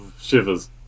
shivers